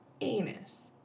anus